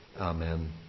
Amen